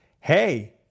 hey